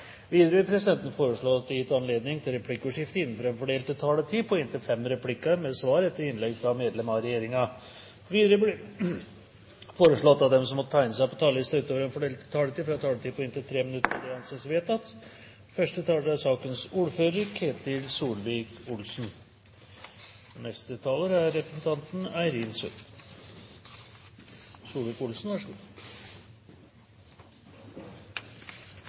Videre vil presidenten foreslå at det gis anledning til replikkordskifte innenfor den fordelte taletid på inntil fem replikker med svar etter innlegg fra medlem av regjeringen. Videre blir det foreslått at de som måtte tegne seg på talerlisten utover den fordelte taletiden, får en taletid på inntil 3 minutter. – Det anses vedtatt. Representanten André Oktay Dahl får ordet på vegne av sakens ordfører, Bente Stein Mathisen. Økningen i lovfestede rettigheter har vært stor. God